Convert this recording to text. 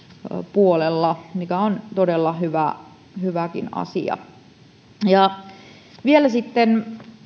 puolella mikä on todella hyväkin asia vielä sitten